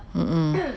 mm mm